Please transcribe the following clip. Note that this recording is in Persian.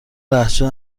لهجه